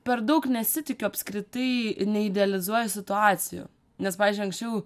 per daug nesitikiu apskritai neidealizuoju situacijų nes pavyzdžiui anksčiau